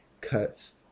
cuts